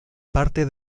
parte